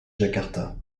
jakarta